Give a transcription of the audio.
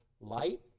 Light